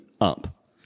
up